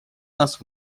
нас